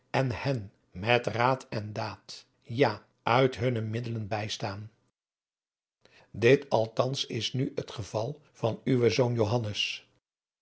en hen met raad en daad ja uit hunne middelen bijstaan dit althans is nu het geval van uwen zoon